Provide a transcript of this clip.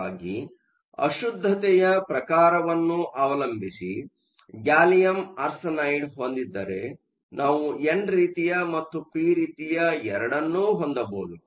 ಹಾಗಾಗಿ ಅಶುದ್ಧತೆಯ ಪ್ರಕಾರವನ್ನು ಅವಲಂಬಿಸಿ ಗ್ಯಾಲಿಯಮ್ ಆರ್ಸೆನೈಡ್ ಹೊಂದಿದ್ದರೆ ನಾವು ಎನ್ ರೀತಿಯ ಮತ್ತು ಪಿ ರೀತಿಯ ಎರಡನ್ನೂ ಹೊಂದಬಹುದು